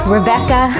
Rebecca